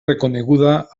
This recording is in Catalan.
reconeguda